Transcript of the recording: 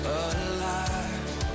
alive